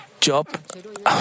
Job